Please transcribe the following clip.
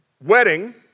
Wedding